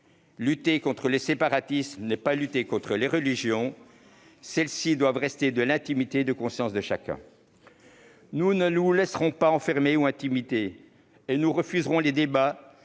Lutter contre les séparatismes n'est pas lutter contre les religions, qui doivent rester dans l'intimité de la conscience de chacun. Nous ne nous laisserons pas enfermer ou intimider et nous refuserons les débats